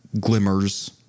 glimmers